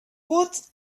what